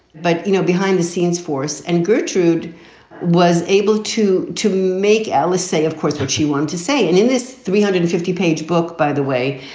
but, you know, behind the scenes force. and gertrude was able to to make alice say, of course, what she want to say and in this three hundred and fifty page book, by the way,